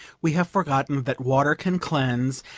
we have forgotten that water can cleanse,